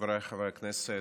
חבריי חברי הכנסת,